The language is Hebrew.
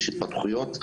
יש התפתחויות,